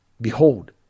Behold